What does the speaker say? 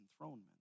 enthronement